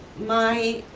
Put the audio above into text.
my